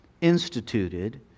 instituted